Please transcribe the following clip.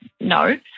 no